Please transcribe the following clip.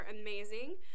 amazing